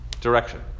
direction